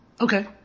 Okay